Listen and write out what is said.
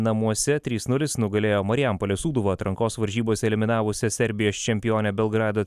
namuose trys nulis nugalėjo marijampolės sūduvą atrankos varžybose eliminavusią serbijos čempionę belgrado